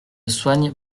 soigne